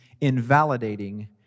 invalidating